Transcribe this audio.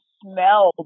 smell